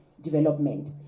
development